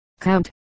Count